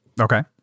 okay